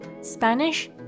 Spanish